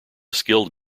skilled